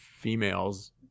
females